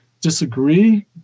disagree